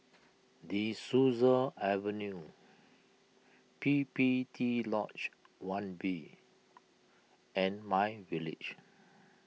De Souza Avenue P P T Lodge one B and MyVillage